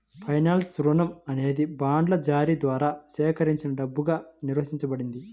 ఫైనాన్స్లో, రుణం అనేది బాండ్ల జారీ ద్వారా సేకరించిన డబ్బుగా నిర్వచించబడింది